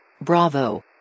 Bravo